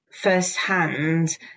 firsthand